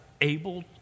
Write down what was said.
able